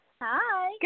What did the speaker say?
Hi